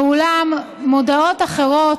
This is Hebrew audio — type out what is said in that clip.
ואולם, מודעות אחרות,